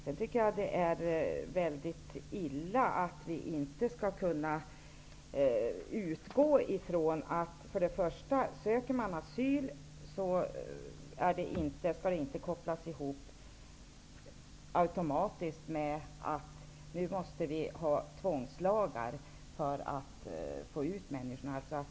Men det är väldigt illa att vi inte skall kunna utgå från vissa saker. Först och främst: Söker man asyl, skall det inte automatiskt ske en koppling till nödvändigheten av tvångslagar för att få ut människorna.